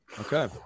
Okay